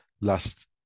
last